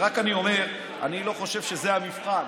אני רק אומר שאני לא חושב שזה המבחן,